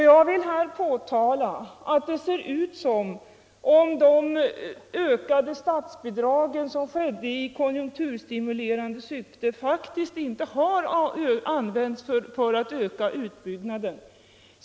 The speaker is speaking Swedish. Jag vill här påtala att det ser ut som om de ökade statsbidrag som tillkommit i konjunkturstimulerande syfte faktiskt inte har använts för att öka utbyggnaden.